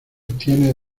tiene